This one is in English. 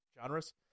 genres